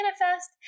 manifest